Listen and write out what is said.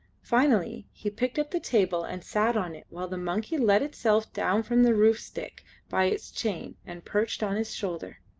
finally he picked up the table and sat on it while the monkey let itself down from the roof-stick by its chain and perched on his shoulder.